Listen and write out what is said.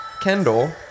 Kendall